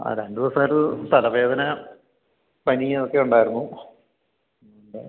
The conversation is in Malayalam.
ആ രണ്ട് ദിവസമായിട്ട് തലവേദന പനിയും ഒക്കെ ഉണ്ടായിരുന്നു